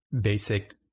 basic